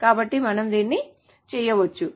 కాబట్టి మనము దీన్ని చేయవచ్చు